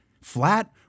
flat